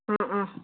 ꯑꯥ ꯑꯥ